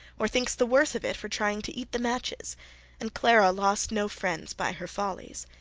or thinks the worse of it for trying to eat the matches and clara lost no friends by her follies.